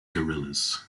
guerrillas